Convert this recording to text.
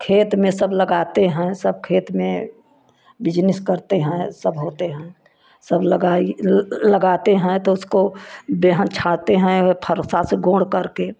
खेत में सब लगाते हैं सब खेत में बिजनीस करते हैं सब होते हैं सब लगाई लगाते हैं तो उसको बेहन छारते हैं औ फर्सा से गोंड करके